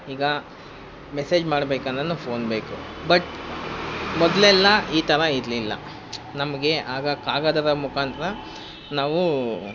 ಈಗ ಮೆಸೇಜ್ ಮಾಡಬೇಕಂದ್ರು ಫೋನ್ ಬೇಕು ಬಟ್ ಮೊದಲೆಲ್ಲ ಈ ಥರ ಇರಲಿಲ್ಲ ನಮಗೆ ಆಗ ಕಾಗದದ ಮುಖಾಂತ್ರ ನಾವು